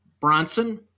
Bronson